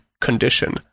condition